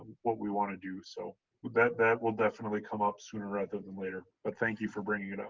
what we want to do, so that that will definitely come up sooner, rather than later. but thank you for bringing you know